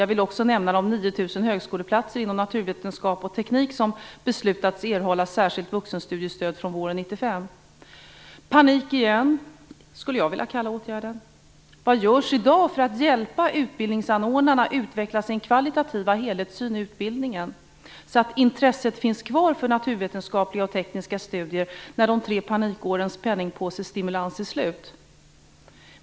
Jag vill också nämna de 9 000 högskoleplatser inom naturvetenskap och teknik som beslutats erhålla särskilt vuxenstudiestöd från våren 1995. "Panik igen", skulle jag vilja kalla åtgärden. Vad görs i dag för att hjälpa utbildningsanordnarna att utveckla sin kvalitativa helhetssyn i utbildningen, så att intresset finns kvar för naturvetenskapliga och tekniska studier när de tre panikårens penningpåsestimulans är slut?